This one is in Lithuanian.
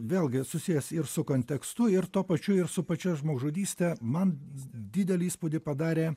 vėlgi susijęs ir su kontekstu ir tuo pačiu ir su pačia žmogžudyste man didelį įspūdį padarė